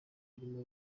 birimo